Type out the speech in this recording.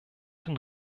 den